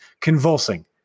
convulsing